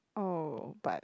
oh but